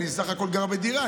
אני בסך הכול גר בדירה,